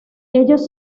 ellos